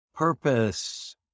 Purpose